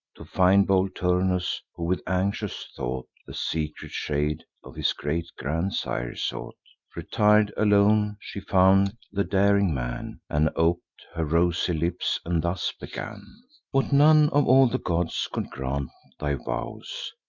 to find bold turnus, who, with anxious thought, the secret shade of his great grandsire sought. retir'd alone she found the daring man, and op'd her rosy lips, and thus began what none of all the gods could grant thy vows,